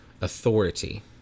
authority